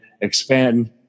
expand